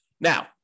now